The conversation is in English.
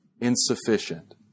insufficient